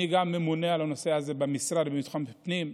אני גם ממונה על הנושא הזה במשרד לביטחון פנים.